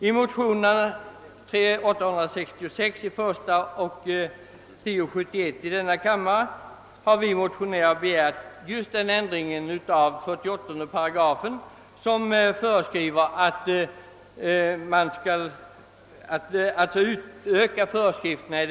I motionerna 1: 866 och II: 1071 har vi begärt att föreskrifterna i 48 § skall utökas till att omfatta även de studerande.